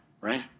right